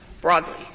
broadly